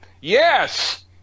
yes